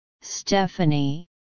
Stephanie